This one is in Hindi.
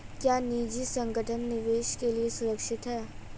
क्या निजी संगठन निवेश के लिए सुरक्षित हैं?